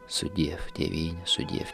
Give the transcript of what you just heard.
sudiev tėvyn sudiev